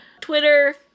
Twitter